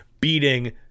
Beating